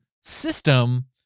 system